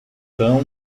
cão